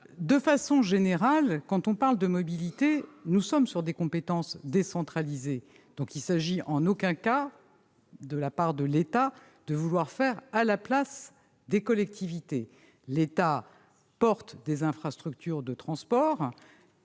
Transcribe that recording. De façon générale, quand on parle de mobilités, nous sommes sur des compétences décentralisées, et il ne s'agit donc en aucun cas, de la part de l'État, de vouloir faire à la place des collectivités. L'État porte des infrastructures de transport